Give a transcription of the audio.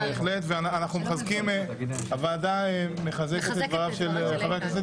הוועדה מחזקת את דבריך.